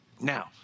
Now